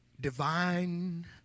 divine